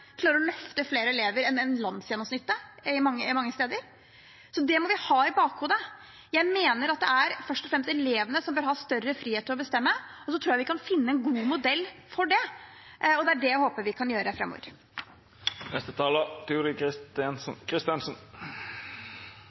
å løfte flere elever enn landsgjennomsnittet. Det må vi ha i bakhodet. Jeg mener det er først og fremst elevene som bør ha større frihet til å bestemme, og så tror jeg vi kan finne en god modell for det. Det er det jeg håper vi kan gjøre